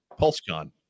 PulseCon